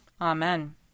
Amen